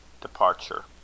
Departure